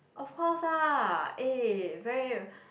of course ah eh very